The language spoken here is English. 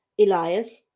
Elias